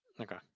Okay